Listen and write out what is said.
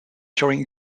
during